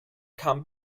kam